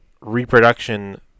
reproduction